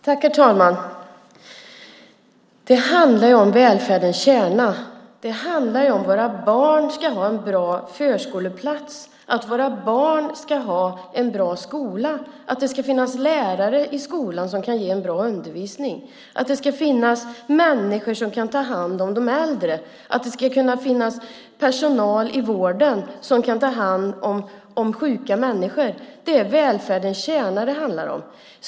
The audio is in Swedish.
Herr talman! Det handlar om välfärdens kärna. Det handlar om att våra barn ska ha en bra förskoleplats, att våra barn ska ha en bra skola, att det ska finnas lärare i skolan som kan ge en bra undervisning, att det ska finnas människor som kan ta hand om de äldre och att det ska finnas personal i vården som kan ta hand om sjuka människor. Det är välfärdens kärna det handlar om.